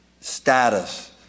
status